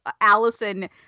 allison